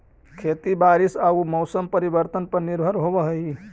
खेती बारिश आऊ मौसम परिवर्तन पर निर्भर होव हई